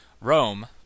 Rome